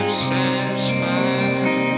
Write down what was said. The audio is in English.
satisfied